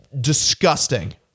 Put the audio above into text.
Disgusting